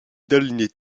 derniers